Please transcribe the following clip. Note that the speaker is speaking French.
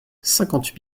cinquante